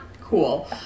Cool